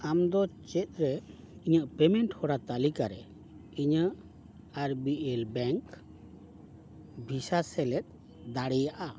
ᱟᱢᱫᱚ ᱪᱮᱫ ᱨᱮ ᱤᱧᱟᱹᱜ ᱯᱮᱢᱮᱱᱴ ᱦᱚᱨᱟ ᱛᱟᱹᱞᱤᱠᱟ ᱨᱮ ᱤᱧᱟᱹᱜ ᱟᱨ ᱵᱤ ᱮᱞ ᱵᱮᱝᱠ ᱵᱷᱤᱥᱟ ᱥᱮᱞᱮᱫ ᱫᱟᱲᱮᱭᱟᱜᱼᱟ